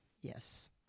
Yes